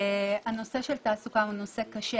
הנושא של תעסוקה הוא נושא קשה,